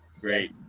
great